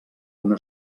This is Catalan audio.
una